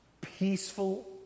peaceful